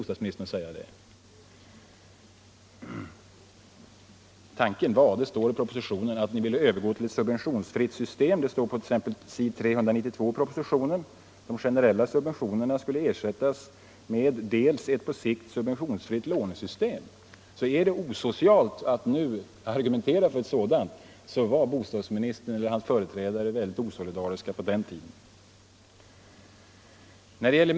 Tanken var — det står på s. 392 i propositionen — att ni skulle övergå till ett subventionsfritt 139 system. De generella subventionerna skulle ersättas av ett på sikt subventionsfritt lånesystem. Är det osocialt att nu argumentera för ett sådant, var bostadsministerns företrädare osocial på den tiden.